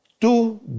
Two